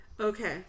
Okay